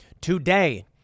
Today